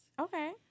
Okay